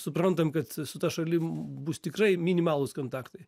suprantam kad su ta šalim bus tikrai minimalūs kontaktai